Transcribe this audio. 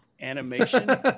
animation